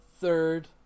third